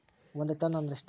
ಒಂದ್ ಟನ್ ಅಂದ್ರ ಎಷ್ಟ?